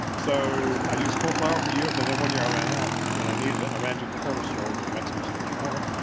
so i used corn flour for years, and and one year i ran out when i needed it. and i ran to the corner store, which is the mexican store on the corner,